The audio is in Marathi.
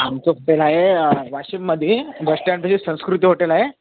आमचं होटेल आहे वाशिममध्ये बसस्टँडशी संस्कृती हॉटेल आहे